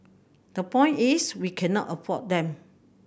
the point is we cannot afford them